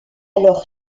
leur